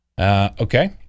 Okay